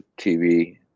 TV